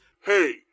Hey